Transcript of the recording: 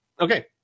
Okay